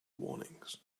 warnings